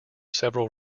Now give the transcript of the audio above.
several